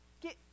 Get